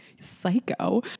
psycho